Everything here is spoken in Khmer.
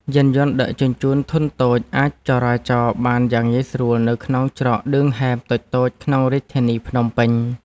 យានយន្តដឹកជញ្ជូនធុនតូចអាចចរាចរបានយ៉ាងងាយស្រួលនៅក្នុងច្រកឌឿងហែមតូចៗក្នុងរាជធានីភ្នំពេញ។